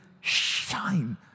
shine